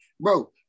bro